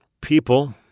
people